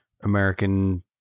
American